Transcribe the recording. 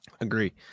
Agree